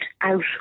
out